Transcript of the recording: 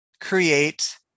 create